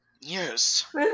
Yes